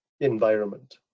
environment